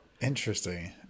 Interesting